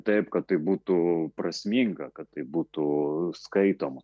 taip kad tai būtų prasminga kad taip būtų skaitoma